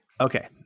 Okay